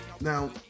Now